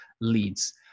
leads